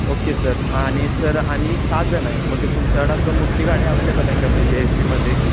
okay sir आणि sir आम्ही सहा जण आहे मग तुमच्याकडं असं मोठ्ठी गाडी अव्हेलेबल आहे का म्हणजे ए सीमध्ये